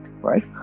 right